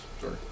sorry